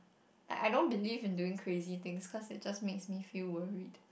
like I don't believe in doing crazy things cause it just makes me feel worried